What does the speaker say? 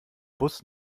bus